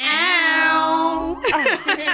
Ow